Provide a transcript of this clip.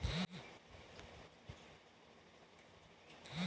मूल राशी समय पूरा होये पर वापिस हो जाला